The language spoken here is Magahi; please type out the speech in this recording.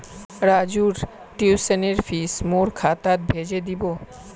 राजूर ट्यूशनेर फीस मोर खातात भेजे दीबो